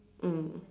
mm